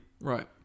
right